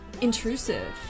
intrusive